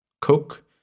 Cook